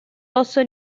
also